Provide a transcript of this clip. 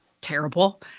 terrible